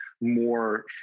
more